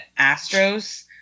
Astros